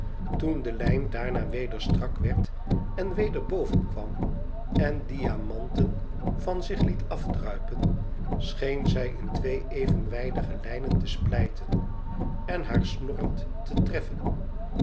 toen de lijn daarna weder strak werd en weder bovenkwam en diamanten van zich liet afdruipen scheen zij in twee evenwijdige lijnen te splijten en haft snorrend te treffen